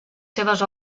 seves